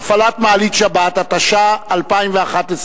(הפעלת מעלית שבת), התשע"א 2011,